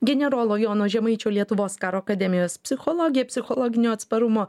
generolo jono žemaičio lietuvos karo akademijos psichologė psichologinio atsparumo